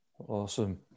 Awesome